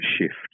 shift